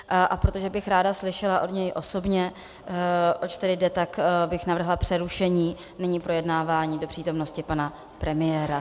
A protože bych ráda slyšela od něj osobně, oč jde, tak bych navrhla přerušení projednávání do přítomnosti pana premiéra.